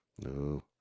No